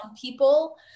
people